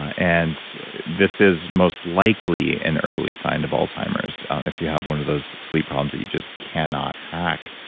and this is most likely an early sign of alzheimer's if you have one of those sleep problems that you just cannot hack.